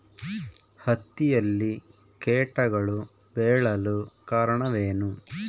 ಹತ್ತಿಯಲ್ಲಿ ಕೇಟಗಳು ಬೇಳಲು ಕಾರಣವೇನು?